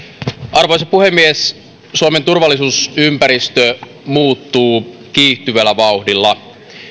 arvoisa puhemies suomen turvallisuusympäristö muuttuu kiihtyvällä vauhdilla